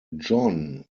john